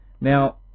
Now